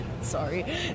Sorry